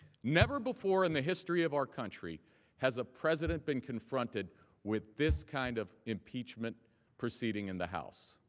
never before in the history of our country has a president been confronted with this kind of impeachment proceeding in the house.